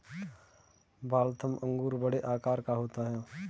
Waltham अंगूर बड़े आकार का होता है